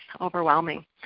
overwhelming